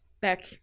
back